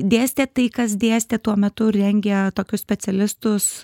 dėstė tai kas dėstė tuo metu rengė tokius specialistus